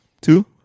Two